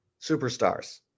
superstars